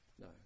No